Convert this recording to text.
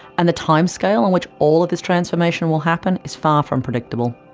and the timescale on which all this transformation will happen is far from predictable.